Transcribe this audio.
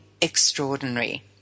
extraordinary